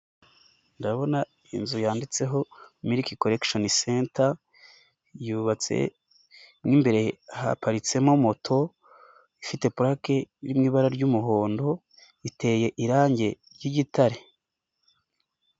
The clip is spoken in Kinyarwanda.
Ndabona inzu yanditseho miliki colegishoni senta, yubatse mu imbere haparitsemo moto ifite pulake iri mu ibara ry'umuhondo iteye irangi ry'igitare.